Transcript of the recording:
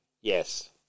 Yes